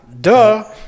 Duh